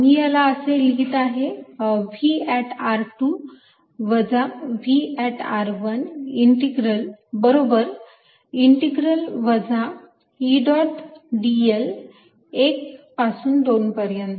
मी याला असे लिहित आहे V वजा V बरोबर इंटिग्रल वजा E डॉट dl 1 पासून 2 पर्यंत